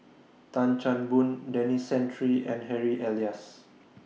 Tan Chan Boon Denis Santry and Harry Elias